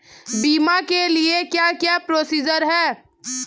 बीमा के लिए क्या क्या प्रोसीजर है?